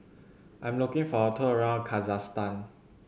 I am looking for a tour around Kazakhstan